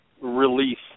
release